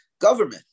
government